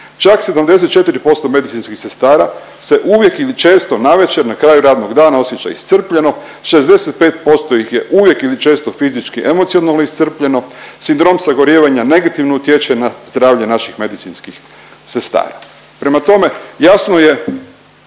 Čak 74% medicinskih sestara se uvijek ili često navečer na kraju radnog dana osjeća iscrpljeno, 65% ih je uvijek ili često fizički i emocionalno iscrpljeno, sindrom sagorijevanja negativno utječe na zdravlje naših medicinskih sestara. Prema tome, jasno je